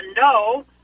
no